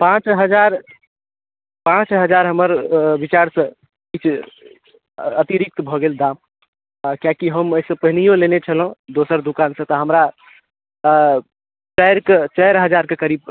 पाँच हजार पाँच हजार हमर विचारसँ किछु अतिरिक्त भऽ गेल दाम कियाकि हम एहिसँ पहिनेहो लेने छलहुँ दोसर दोकानसँ तऽ हमरा चारिके चारि हजारक करीब